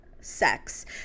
sex